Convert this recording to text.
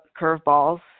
curveballs